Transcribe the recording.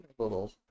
little